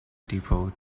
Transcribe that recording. depot